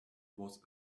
was